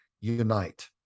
unite